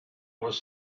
was